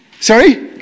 sorry